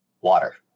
Water